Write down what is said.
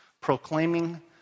proclaiming